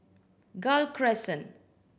Gul Crescent